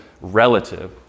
relative